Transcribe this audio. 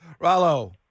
Rallo